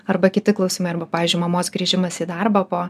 arba kiti klausimai arba pavyzdžiui mamos grįžimas į darbą po